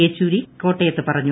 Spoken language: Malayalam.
യച്ചൂരി കോട്ടയത്ത് പറഞ്ഞു